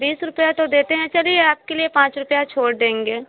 बीस रुपया तो देते हैं चलिए आपके लिए पाँच रुपया छोड़ देंगे